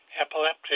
epileptic